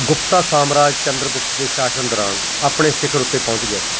ਗੁਪਤਾ ਸਾਮਰਾਜ ਚੰਦਰਗੁਪਤ ਦੇ ਸ਼ਾਸਨ ਦੌਰਾਨ ਆਪਣੇ ਸਿਖਰ ਉੱਤੇ ਪਹੁੰਚ ਗਿਆ ਸੀ